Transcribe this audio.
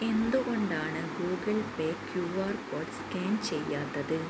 എന്തുകൊണ്ടാണ് Google Pay Q R code scan ചെയ്യാത്തത്